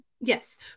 Yes